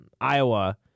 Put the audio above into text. Iowa